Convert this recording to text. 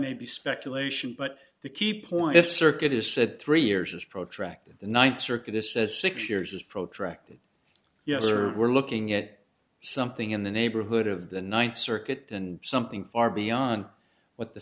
may be speculation but the key point if circuit is said three years is protracted the ninth circuit this is six years is protracted yes or we're looking at something in the neighborhood of the ninth circuit and something far beyond what the